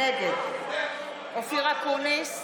נגד אופיר אקוניס,